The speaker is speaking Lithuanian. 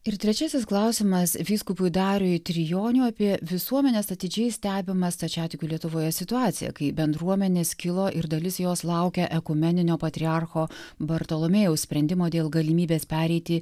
ir trečiasis klausimas vyskupui dariui trijoniui apie visuomenės atidžiai stebimą stačiatikių lietuvoje situaciją kai bendruomenė skilo ir dalis jos laukia ekumeninio patriarcho bartolomėjeus sprendimo dėl galimybės pereiti